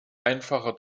einfacher